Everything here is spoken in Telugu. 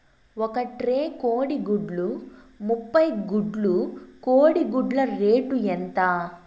ఒక ట్రే కోడిగుడ్లు ముప్పై గుడ్లు కోడి గుడ్ల రేటు ఎంత?